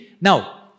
Now